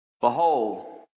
Behold